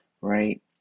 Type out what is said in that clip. Right